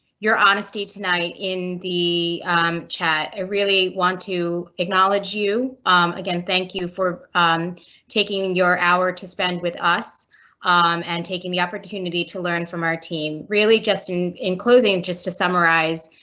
your honesty tonight in the um chat. i ah really want to acknowledge you again. thank you for um taking your hour to spend with us and taking the opportunity to learn from our team. really just in in closing just to summarize.